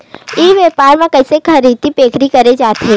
ई व्यापार म कइसे खरीदी बिक्री करे जाथे?